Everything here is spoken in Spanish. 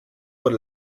por